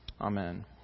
Amen